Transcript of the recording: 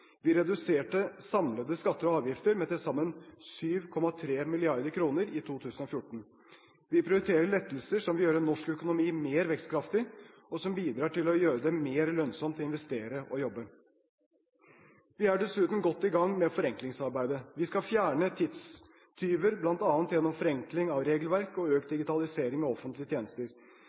Vi reduserer samlede skatter og avgifter med til sammen 7,3 mrd. kr i 2014. Vi prioriterer lettelser som vil gjøre norsk økonomi mer vekstkraftig, og som bidrar til å gjøre det mer lønnsomt å investere og jobbe. Vi er dessuten godt i gang med forenklingsarbeidet. Vi skal fjerne tidstyver, bl.a. gjennom forenkling av regelverk og økt digitalisering av offentlige tjenester.